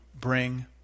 bring